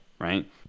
right